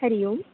हरिः ओं